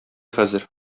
хәзер